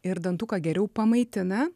ir dantuką geriau pamaitina